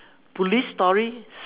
police stories